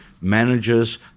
Managers